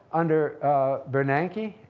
under bernanke,